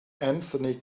anthony